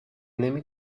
نمی